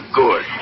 good